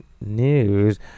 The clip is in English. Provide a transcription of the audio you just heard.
news